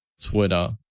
Twitter